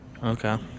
Okay